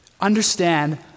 Understand